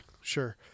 sure